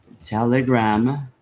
Telegram